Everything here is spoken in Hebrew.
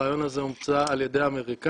הרעיון הזה הומצא על ידי האמריקאים,